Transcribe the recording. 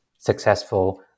successful